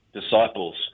disciples